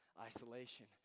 isolation